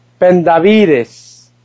Pendavides